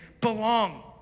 belong